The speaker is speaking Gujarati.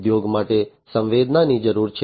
ઉદ્યોગ માટે સંવેદનાની જરૂર છે